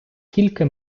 тільки